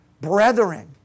brethren